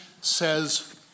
says